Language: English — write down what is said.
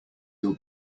your